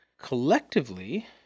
collectively